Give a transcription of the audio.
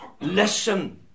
Listen